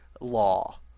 law